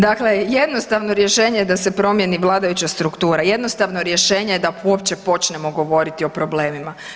Dakle, jednostavno rješenje je da se promijeni vladajuća struktura, jednostavno rješenje je da uopće počnemo govoriti o problemima.